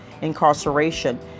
incarceration